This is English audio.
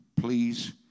please